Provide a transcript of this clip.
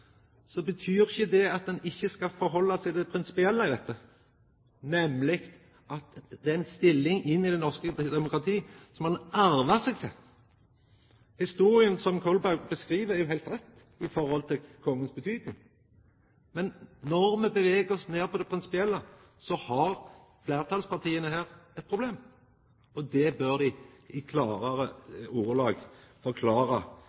betyr ikkje det at ein ikkje skal halda seg til det prinsipielle i dette, nemleg at den stillinga i det norske demokratiet skal ein kunne arva seg til. Historia som Kolberg beskriv om kongens betydning, er heilt rett. Men når me beveger oss ned på det prinsipielle, har fleirtalspartia her eit problem. Dei bør i klarare ordelag forklara kvifor dei framleis meiner at arv er eit bra prinsipp i